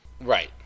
Right